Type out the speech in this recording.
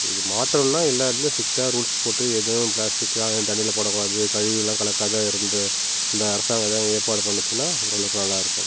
இது மாத்தணும்னால் எல்லா இடத்துலையும் ஸ்டிட்டாக ரூல்ஸ் போட்டு எதுவும் பிளாஸ்டிக் எல்லாம் தண்ணீயில் போடக் கூடாது கழிவு நீர் எல்லாம் கலக்காது இருந்து இந்த அரசாங்கம் ஏதாவது ஏற்பாடு பண்ணிச்சின்னா ஓரளவுக்கு நல்லா இருக்கும்